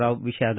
ರಾವ್ ವಿಷಾದ